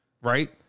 right